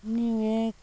New York